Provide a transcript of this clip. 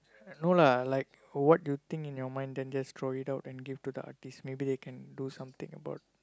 no lah like what do you think in your mind then just throw it out and give to the artist maybe they can do something about